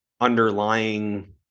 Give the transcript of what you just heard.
underlying